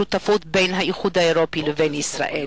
השותפות בין האיחוד האירופי לבין ישראל.